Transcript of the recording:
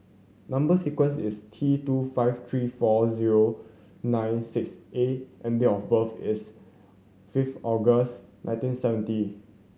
number sequence is T two five three four zero nine six A and date of birth is fifth August nineteen seventy